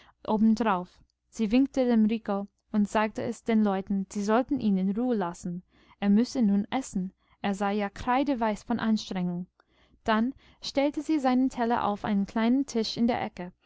sie winkte dem rico und sagte es den leuten sie sollten ihn in ruh lassen er müsse nun essen er sei ja kreideweiß vor anstrengung dann stellte sie seinen teller auf einen kleinen tisch in der ecke